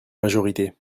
majorité